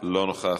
אינו נוכח,